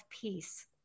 peace